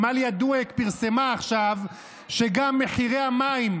עמליה דואק פרסמה עכשיו שגם מחירי המים,